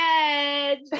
edge